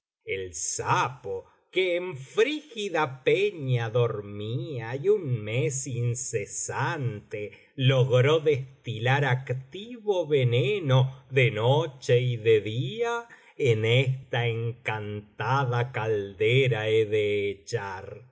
el sapo que en frígida peña dormía y un mes incesante logró destilar activo veneno de noche y de día en esta encantada caldera he de echar